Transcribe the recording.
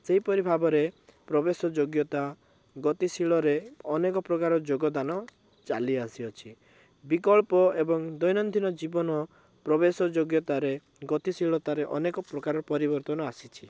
ସେହିପରି ଭାବରେ ପ୍ରବେଶ ଯୋଗ୍ୟତା ଗତିଶୀଳରେ ଅନେକ ପ୍ରକାରର ଯୋଗଦାନ ଚାଲି ଆସିଅଛି ବିକଳ୍ପ ଏବଂ ଦୈନନ୍ଦୀନ ଜୀବନ ପ୍ରବେଶ ଯୋଗ୍ୟତାରେ ଗତିଶୀଳତାରେ ଅନେକପ୍ରକାର ପରିବର୍ତ୍ତନ ଆସିଛି